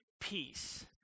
peace